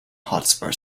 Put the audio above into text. hotspur